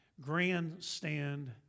grandstand